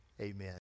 amen